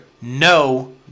No